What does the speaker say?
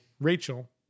Rachel